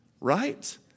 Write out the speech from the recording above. Right